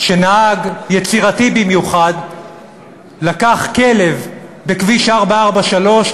שנהג יצירתי במיוחד לקח כלב בכביש 443,